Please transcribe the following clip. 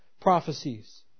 prophecies